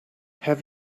have